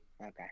Okay